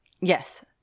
Yes